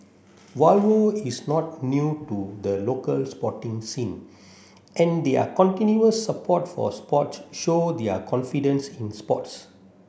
Volvo is not new to the local sporting scene and their continuous support for sports show their confidence in sports